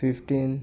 fifteen